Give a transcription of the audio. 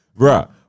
Bruh